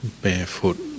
barefoot